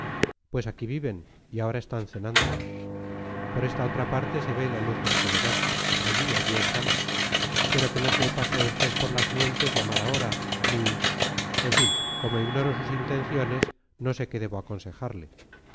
pues aquí viven y ahora están cenando por esta otra parte se ve la luz del comedor allí allí están pero que no se le pase a usted por las mientes llamar ahora ni en fin como ignoro sus intenciones no sé qué debo aconsejarle